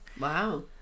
Wow